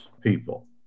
people